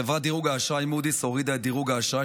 חברת דירוג האשראי מודי'ס הורידה את דירוג האשראי